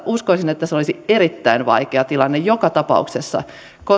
uskoisin että se olisi erittäin vaikea tilanne joka tapauksessa